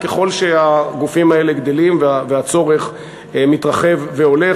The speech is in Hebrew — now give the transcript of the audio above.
ככל שהגופים האלה גדלים והצורך מתרחב והולך.